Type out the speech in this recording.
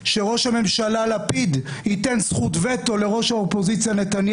נביא חוק שאומר: אנחנו נחליף ציבור שמצביע ביבי נתניהו.